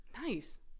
Nice